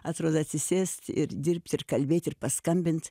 atrodo atsisėst ir dirbt ir kalbėt ir paskambint